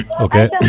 Okay